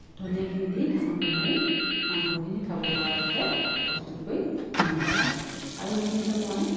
ধনীয়াখিনি দি ঢাকোনখন মাৰি মাংসখিনি খাব পৰাকৈ প্ৰস্তুত কৰি নমাই থওঁ আৰু এইখিনিতে মই